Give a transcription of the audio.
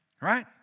right